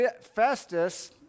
Festus